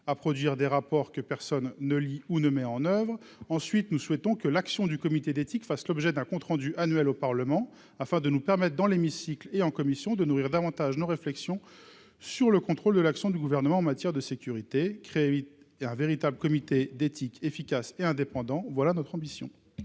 à produire des rapports que personne ne lit ou ne met en oeuvre, ensuite, nous souhaitons que l'action du comité d'éthique, fasse l'objet d'un compte-rendu annuel au Parlement afin de nous permettre dans l'hémicycle et en commission de nourrir davantage nos réflexions sur le contrôle de l'action du gouvernement en matière de sécurité et véritables, comité d'éthique efficace et indépendant, voilà notre ambition.